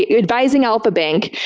ah advising alpha bank.